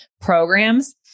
programs